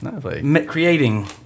creating